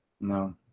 no